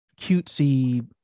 cutesy